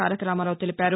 తారకరామారావు తెలిపారు